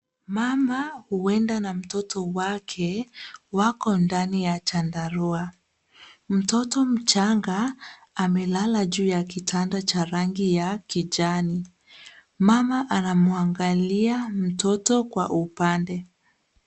Mama huenda na mtoto wake wako ndani ya chandarua. Mtoto mchanga amelala juu ya kitanda cha rangi ya kijani. Mama anamuangalia mtoto kwa upande.